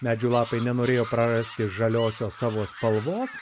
medžių lapai nenorėjo prarasti žaliosios savo spalvos